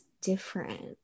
different